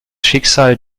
schicksal